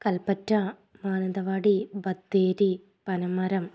Kalpetta Mananthavady Bathery Panamaram